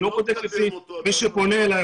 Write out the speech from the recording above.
אני לא בודק לפי מי שפונה אלי.